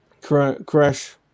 crash